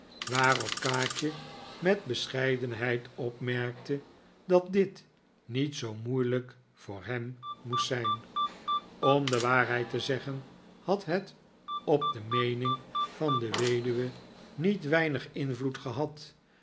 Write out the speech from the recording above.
waarop kaatje met bescheidenheid opmerkte dat dit niet zoo moeilijk voor hem moest zijn om de waarheid te zeggen had het op de meening van de weduwe niet weinig invloed gehad